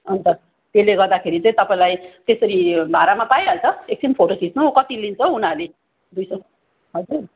अन्त त्यसले गर्दाखेरि चाहिँ तपाईँलाई त्यसरी भाडामा पाइहाल्छ एकछिन फोटो खिच्नु कति लिन्छ हो उनीहरूले दुई सौ हजुर